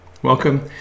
Welcome